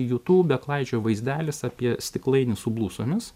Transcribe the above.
jutūbe klaidžioja vaizdelis apie stiklainį su blusomis